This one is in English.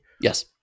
Yes